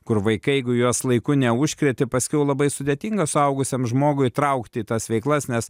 kur vaikai jeigu juos laiku neužkreti paskiau labai sudėtinga suaugusiam žmogui įtraukti į tas veiklas nes